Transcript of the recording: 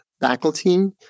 faculty